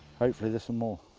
hopefully there's some more.